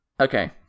okay